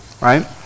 right